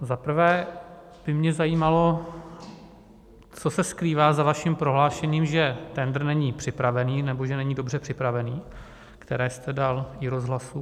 Za prvé by mě zajímalo, co se skrývá za vaším prohlášením, že tendr není připravený, nebo že není dobře připravený, které jste dal iROZHLASu.